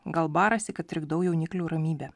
gal barasi kad trikdau jauniklių ramybę